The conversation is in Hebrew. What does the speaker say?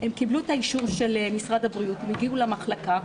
קיבלו אישור של משרד הבריאות והגיעו למחלקה,